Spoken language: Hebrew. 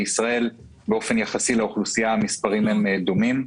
בישראל באופן יחסי לאוכלוסייה המספרים דומים.